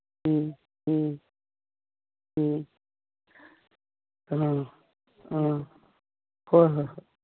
ꯎꯝ ꯎꯝ ꯎꯝ ꯑ ꯑ ꯍꯣꯏ ꯍꯣꯏ ꯍꯣꯏ